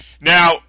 Now